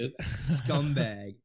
Scumbag